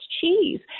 cheese